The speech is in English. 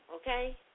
okay